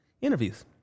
interviews